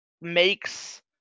makes